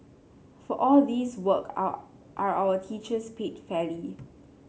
for all this work are are our teachers paid fairly